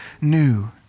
new